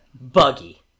Buggy